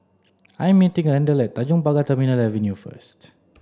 I am meeting Randle at Tanjong Pagar Terminal Avenue first